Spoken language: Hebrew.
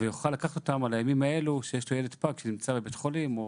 ולהשתמש בהם בימים שהילד הפג נמצא בבית חולים.